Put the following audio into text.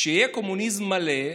כשיהיה קומוניזם מלא,